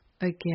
again